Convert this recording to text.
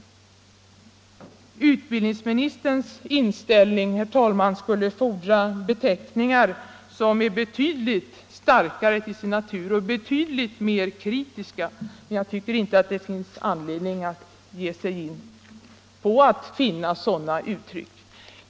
Utbildningsministerns ståndpunkt fordrar beteckningar som är betydligt starkare och mer kritiska till sin natur, men jag tycker inte att det finns anledning att ge sig in på att söka efter sådana uttryck.